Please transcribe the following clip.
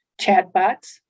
chatbots